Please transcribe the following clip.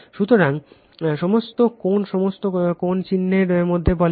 সুতরাং সমস্ত কোণ সমস্ত কোণ চিহ্নের মধ্যে বলে